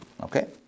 Okay